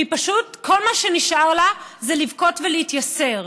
וכל מה שנשאר לה זה לבכות ולהתייסר.